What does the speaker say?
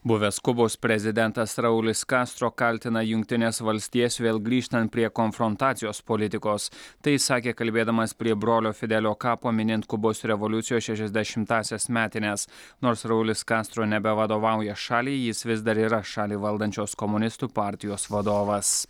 buvęs kubos prezidentas raulis kastro kaltina jungtines valstijas vėl grįžtant prie konfrontacijos politikos tai sakė kalbėdamas prie brolio fidelio kapo minint kubos revoliucijos šešiasdešimtąsias metines nors raulis kastro nebevadovauja šaliai jis vis dar yra šalį valdančios komunistų partijos vadovas